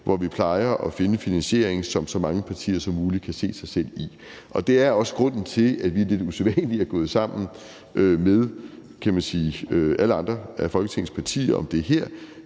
hvor vi plejer at finde finansiering, som så mange partier som muligt kan se sig selv i. Det er også grunden til, at vi lidt usædvanligt er gået sammen med, kan man sige, alle andre af Folketingets partier om det her